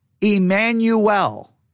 Emmanuel